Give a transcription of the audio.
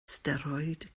steroid